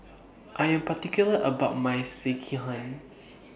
I Am particular about My Sekihan